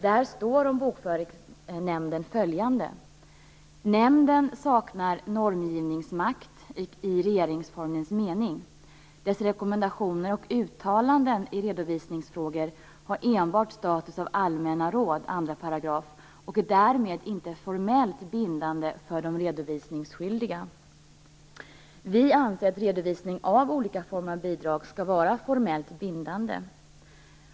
Där står följande om Bokföringsnämnden: Nämnden saknar normgivningsmakt i regeringsformens mening. Dess rekommendationer och uttalanden i redovisningsfrågor har enbart status av allmänna råd, 2 §, och är därmed inte formellt bindande för de redovisningsskyldiga. Vi anser att redovisning av olika former av bidrag skall vara formellt bindande.